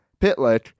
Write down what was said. Pitlick